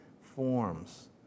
forms